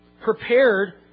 prepared